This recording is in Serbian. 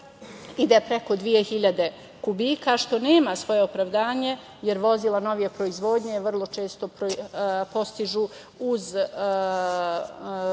ide preko dve hiljade kubika što nema svoje opravdanje, jer vozila novije proizvodnje vrlo često postižu uz